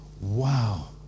wow